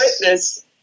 witness